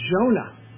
Jonah